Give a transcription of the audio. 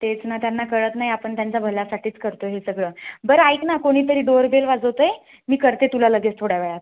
तेच ना त्यांना कळत नाही आपण त्यांच्या भल्यासाठी करतो आहे हे सगळं बरं ऐक ना कोणीतरी डोअर बेल वाजवत आहे मी करते तुला लगेच थोड्या वेळात